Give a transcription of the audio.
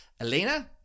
Elena